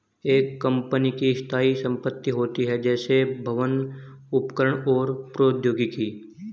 एक कंपनी की स्थायी संपत्ति होती हैं, जैसे भवन, उपकरण और प्रौद्योगिकी